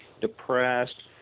depressed